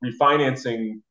refinancing